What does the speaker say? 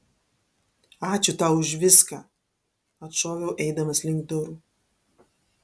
ačiū tau už viską atšoviau eidamas link durų